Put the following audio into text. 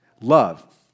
Love